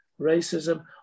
racism